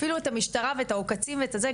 אפילו את המשטרה ואת העוקצים ואת הזה,